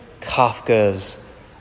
Kafka's